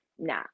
Nah